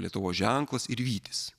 lietuvos ženklas ir vytis